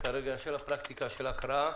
לפרקטיקה של הקראה: